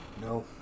No